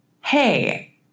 Hey